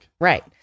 Right